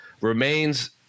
remains